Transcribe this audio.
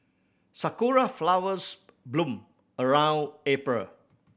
sakura flowers bloom around April